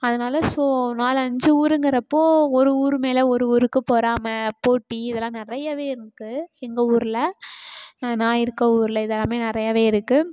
அதனால் ஸோ நாலு அஞ்சு ஊருங்கிறப்போ ஒரு ஊர் மேல் ஒரு ஊருக்கு பொறாமை போட்டி இதெல்லாம் நிறையவே இருக்குது எங்கள் ஊரில் நான் இருக்கற ஊரில் இதெல்லாமே நிறையாவே இருக்குது